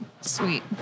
sweet